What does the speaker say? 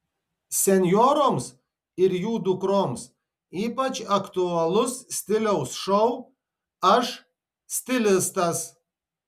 senjoroms ir jų dukroms ypač aktualus stiliaus šou aš stilistas